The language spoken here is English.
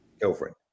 girlfriend